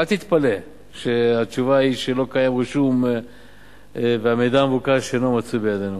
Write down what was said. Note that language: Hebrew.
אל תתפלא שהתשובה היא שלא קיים רישום והמידע המבוקש אינו מצוי בידינו.